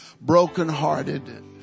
brokenhearted